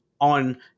on